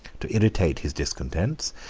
to irritate his discontents,